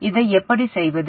இதை எப்படி செய்வது